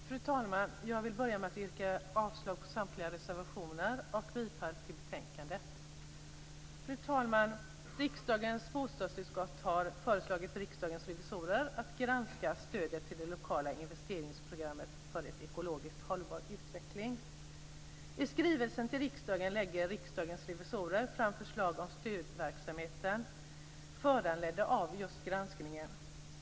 Fru talman! Jag vill börja med att yrka avslag på samtliga reservationer och bifall till hemställan i betänkandet. Fru talman! Riksdagens bostadsutskott har föreslagit Riksdagens revisorer att granska stödet till det lokala investeringsprogrammet för en ekologiskt hållbar utveckling. I skrivelsen till riksdagen lägger Riksdagens revisorer fram förslag om stödverksamheten, föranledda av just granskningen.